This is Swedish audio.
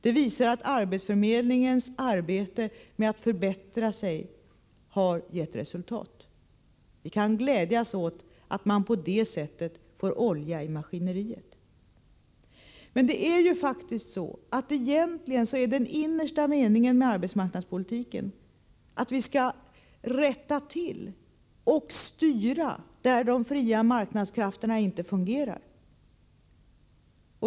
Detta visar att arbetsförmedlingens arbete med att förbättra sig har gett resultat. Vi kan glädjas åt att man på det sättet får olja i maskineriet. Men egentligen är den innersta meningen med arbetsmarknadspolitiken att vi skall rätta till och styra där de fria marknadskrafterna inte fungerar.